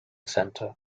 center